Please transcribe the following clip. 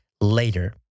later